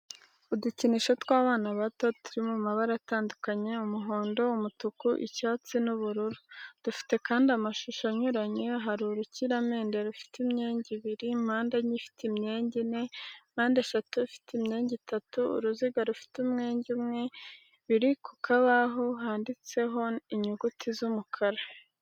Udukinisho tw'abana bato turi mu mabara atandukanye umuhondo, umutuku, icyatsi, n'ubururu dufite kandi amashusho anyuranye hari urukiramende rufite imyenge ibiri, mpandenye ifite imyenge ine, mpandeshatu ifite imyenge itatu, uruziga rufite umwenge umwe, biri ku kabaho kanditseho inyuguti z'umukara.